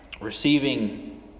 Receiving